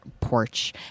porch